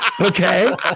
okay